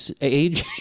age